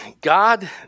God